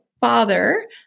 father